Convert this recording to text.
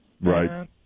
Right